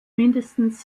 mindestens